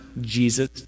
Jesus